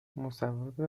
مصوب